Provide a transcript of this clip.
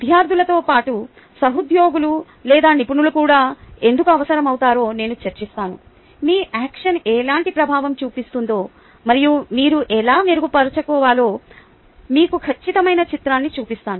విద్యార్థులతో పాటు సహోద్యోగులు లేదా నిపుణులు కూడా ఎందుకు అవసరమవుతారో నేను చర్చిస్తాను మీ యాక్షన్ ఎలాంటి ప్రభావం చూపిందో మరియు మీరు ఎలా మెరుగుపరుచుకోవాలో మీకు ఖచ్చితమైన చిత్రాన్ని చూపిస్తాను